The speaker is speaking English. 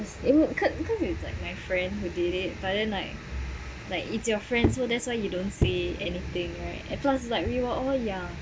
is it would cause cause it's like my friend who did it but then like it's your friends so that's why you don't say anything right and plus like we were all young